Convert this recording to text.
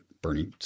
Bernie